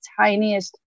tiniest